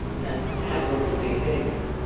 that aberrant behavior,